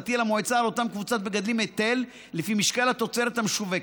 תטיל המועצה על אותה קבוצת מגדלים היטל לפי משקל התוצרת המשווקת.